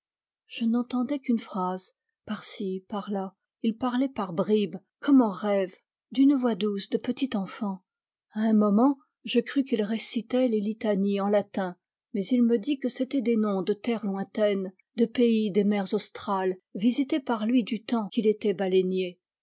je n'entendais qu'une phrase par-ci par-là il parlait par bribes comme en rêve d'une voix douce de petit enfant a un moment je crus qu'il récitait les litanies en latin mais il me dit que c'étaient des noms de terres lointaines de pays des mers australes visités par lui du temps qu'il était